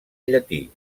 llatí